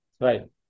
Right